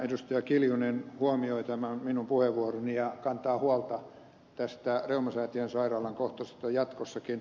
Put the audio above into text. anneli kiljunen huomioi tämän minun puheenvuoroni ja kantaa huolta tästä reumasäätiön sairaalan kohtalosta jatkossakin